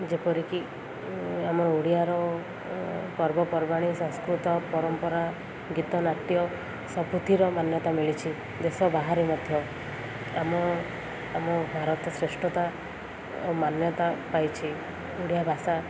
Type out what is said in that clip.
ଯେପରିକି ଆମ ଓଡ଼ିଆର ପର୍ବପର୍ବାଣୀ ସଂସ୍କୃତ ପରମ୍ପରା ଗୀତ ନାଟ୍ୟ ସବୁଥିର ମାନ୍ୟତା ମିଳିଛି ଦେଶ ବାହାରେ ମଧ୍ୟ ଆମ ଆମ ଭାରତ ଶ୍ରେଷ୍ଠତା ମାନ୍ୟତା ପାଇଛି ଓଡ଼ିଆ ଭାଷା